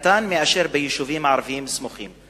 קטן מאשר ביישובים ערביים סמוכים.